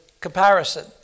comparison